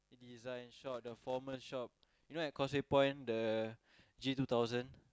design shop the formal shop you know at Causeway-Point the G-two-thousand